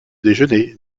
déjeuner